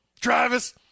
Travis